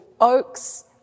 oaks